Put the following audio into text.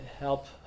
Help